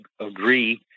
agree